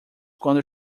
quando